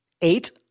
eight